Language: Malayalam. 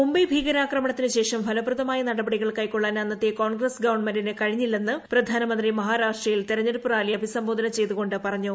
മുംബൈ ഭീകരാക്രമണത്തിന് ശേഷം ഫലപ്രദമായ നടപടികൾ കൈക്കൊള്ളാൻ അന്നത്തെ കോൺഗ്രസ് ഗവൺമെന്റിന് കഴിഞ്ഞില്ലെന്ന് പ്രധാനമന്ത്രി മഹാരാഷ്ട്രയിൽ തിരഞ്ഞെടുപ്പ് റാലിയെ അഭിസംബോധന ചെയ്തുകൊണ്ട് പറഞ്ഞു